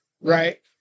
right